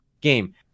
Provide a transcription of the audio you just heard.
game